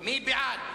שונות,